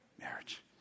marriage